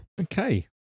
Okay